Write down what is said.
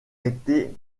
été